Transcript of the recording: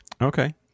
Okay